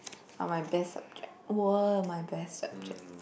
are my best subject were my best subject